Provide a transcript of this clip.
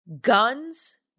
guns